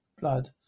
blood